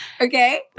Okay